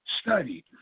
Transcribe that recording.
study